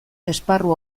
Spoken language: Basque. esparru